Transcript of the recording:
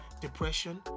depression